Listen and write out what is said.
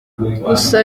gusa